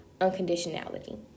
unconditionality